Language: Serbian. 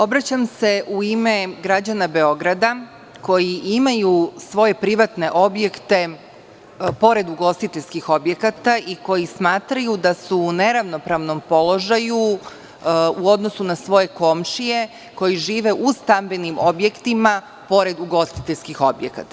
Obraćam se u ime građana Beograda, koji imaju svoje privatne objekte pored ugostiteljskih objekata, koji smatraju da su u neravnopravnom položaju u odnosu na svoje komšije koji žive u stambenim objektima pored ugostiteljskih objekata.